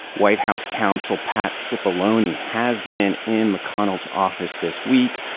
white house counsel pat cipollone has been in mcconnell's office this week,